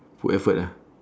put effort ah